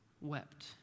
wept